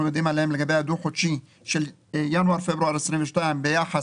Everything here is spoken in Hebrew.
יודעים עליהם לגבי הדו-חודשי של ינואר-פברואר 2022 ביחס